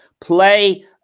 play